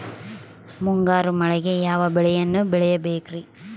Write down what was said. ಮುಂಗಾರು ಮಳೆಗೆ ಯಾವ ಬೆಳೆಯನ್ನು ಬೆಳಿಬೇಕ್ರಿ?